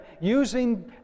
using